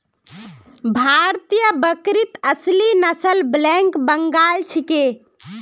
भारतीय बकरीत असली नस्ल ब्लैक बंगाल छिके